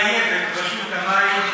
חייבת רשות המים,